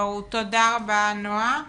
תודה רבה נעה.